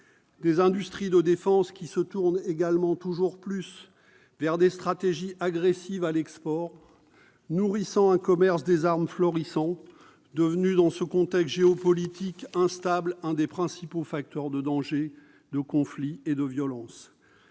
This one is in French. Ces industries de défense se tournent également toujours plus vers des stratégies agressives à l'export, nourrissant un commerce des armes florissant, devenu dans ce contexte géopolitique instable l'un des principaux facteurs de dangers, de conflits et de violences.